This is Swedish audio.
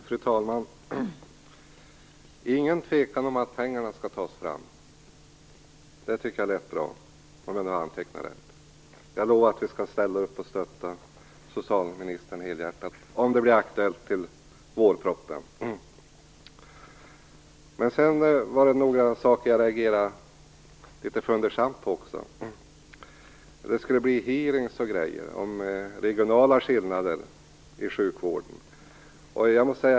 Fru talman! Socialministern säger att det inte råder någon tvekan om att pengarna skall tas fram. Det tycker jag lät bra, om jag nu har antecknat rätt. Jag lovar att vi skall ställa upp och stötta socialministern helhjärtat om det blir aktuellt till vårpropositionen. Men sedan var det några saker som jag reagerade litet fundersamt på också. Det skall bl.a. bli hearings om regionala skillnader i sjukvården.